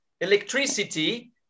electricity